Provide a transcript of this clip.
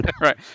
Right